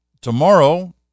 tomorrow